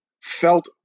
felt